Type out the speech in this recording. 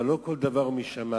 אבל לא כל דבר הוא משמים,